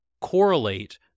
correlate